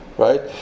Right